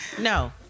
no